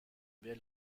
wer